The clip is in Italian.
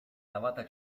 navata